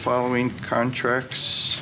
following contracts